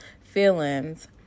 feelings